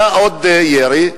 היה עוד ירי,